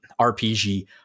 RPG